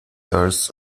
earth